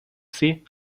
sie